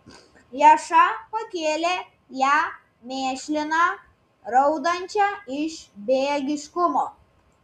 jaša pakėlė ją mėšliną raudančią iš bejėgiškumo